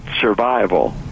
survival